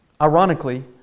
Ironically